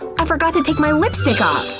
i forgot to take my lipstick ah